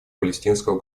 палестинского